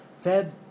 fed